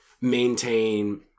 maintain